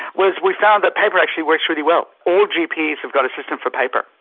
whereas we found that paper actually works really well. all gps have got a system for paper,